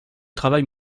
travail